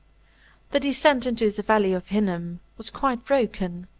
the descent into the valley of hinnom was quite broken,